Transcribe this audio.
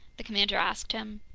the commander asked him.